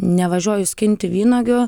nevažiuoju skinti vynuogių